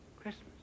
Christmas